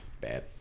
Bad